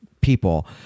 people